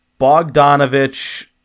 Bogdanovich